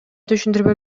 түшүндүрмө